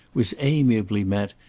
was amiably met,